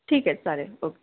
ठीक आहे चालेल ओके